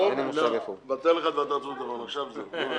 ובתוך האופוזיציה.